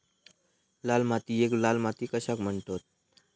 लाल मातीयेक लाल माती कशाक म्हणतत?